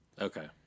okay